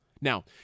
Now